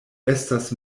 estas